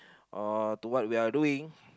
or to what we are doing